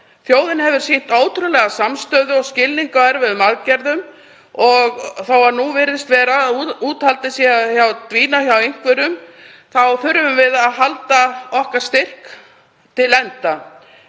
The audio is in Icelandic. Þjóðin hefur sýnt ótrúlega samstöðu og skilning á erfiðum aðgerðum og þó að nú virðist sem úthaldið sé að dvína hjá einhverjum þurfum við að halda okkar styrk til enda.